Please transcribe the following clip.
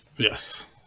Yes